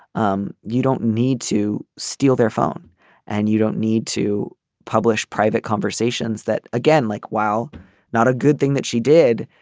um you don't need to steal their phone and you don't need to publish private conversations that again like while not a good thing that she did.